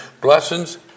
blessings